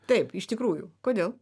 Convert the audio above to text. taip iš tikrųjų kodėl